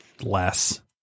less